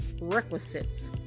requisites